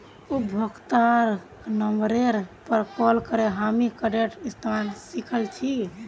उपभोक्तार नंबरेर पर कॉल करे हामी कार्डेर इस्तमाल सिखल छि